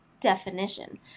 definition